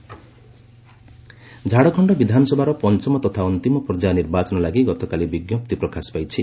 Jharkhand polls Jharkhand ବିଧାନସଭାର ପଞ୍ଚମ ତଥା ଅନ୍ତିମ ପର୍ଯ୍ୟାୟ ନିର୍ବାଚନ ଲାଗି ଗତକାଲି ବିଜ୍ଞପ୍ତି ପ୍ରକାଶ ପାଇଛି